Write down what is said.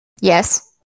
Yes